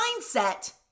mindset